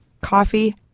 coffee